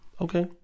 okay